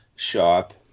shop